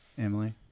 Emily